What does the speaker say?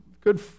good